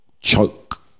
choke